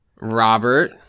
Robert